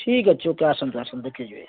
ଠିକ୍ ଅଛି ଓକେ ଆସନ୍ତୁ ଆସନ୍ତୁ ଦେଖିଯିବେ